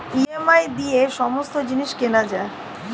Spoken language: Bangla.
ই.এম.আই দিয়ে সমস্ত জিনিস কেনা যায়